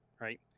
right